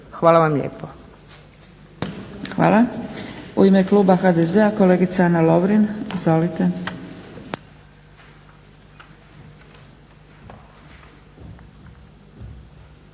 Dragica (SDP)** Hvala. U ime kluba HDZ-a kolegica Ana Lovrin. Izvolite.